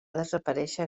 desaparèixer